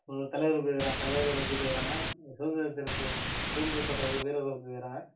நமது தலைவர் பேசுறாங்க தலைவர்களை பற்றி பேசுறாங்க சுதந்திர தினத்தை சுதந்திர போராட்ட வீரர்கள் பேசுறாங்க